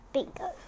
Bingo